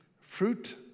Fruit